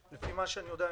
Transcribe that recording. לפי מה שאני יודע,